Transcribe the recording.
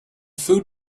food